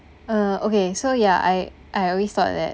uh okay so ya I I always thought that